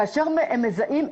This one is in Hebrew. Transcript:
כאשר הם מזהים,